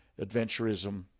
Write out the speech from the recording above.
adventurism